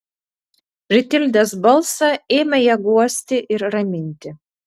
pritildęs balsą ėmė ją guosti ir raminti